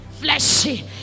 fleshy